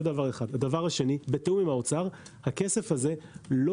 הדבר השני בתיאום עם האוצר הכסף הזה לא